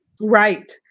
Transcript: Right